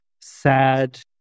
sad